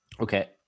Okay